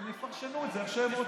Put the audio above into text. הם יפרשו את זה איך שהם רוצים.